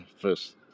first